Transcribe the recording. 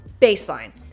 Baseline